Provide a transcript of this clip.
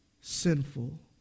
sinful